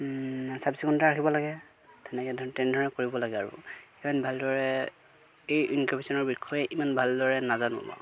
চাফ চিকুণতা ৰাখিব লাগে ধুনীয়াকৈৈ ধৰ তেনেধৰণে কৰিব লাগে আৰু ইমান ভালদৰে এই ইনকুবেশ্য়নৰ বিষয়ে ইমান ভালদৰে নাজানোঁ